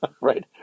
right